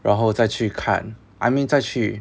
然后再去看 I mean 再去